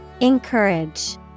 Encourage